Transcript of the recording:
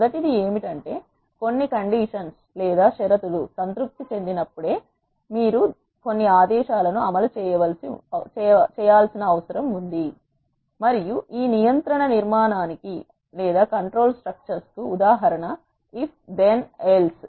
మొదటిది ఏమిటంటే కొన్నికండిషన్స్ లేదా షరతు లు సంతృప్తి చెందినప్పుడే మీరు కొన్ని ఆదేశాలను అమలు చేయాల్సిన అవసరం ఉంది మరియు ఈ నియంత్రణ నిర్మాణానికి లేదా కంట్రోల్ స్ట్రక్చర్ కు ఉదాహరణ ఇఫ్ దన్ ఎల్స్